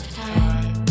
time